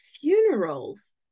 funerals